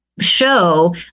show